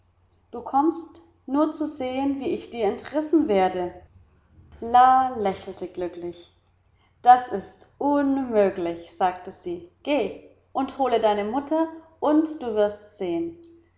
du kommst nur zu sehen wie ich dir entrissen werde la lächelte glücklich das ist unmöglich sagte sie geh und hole deine mutter und du wirst sehen